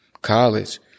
college